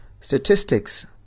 statistics